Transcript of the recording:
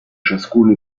ciascun